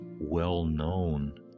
well-known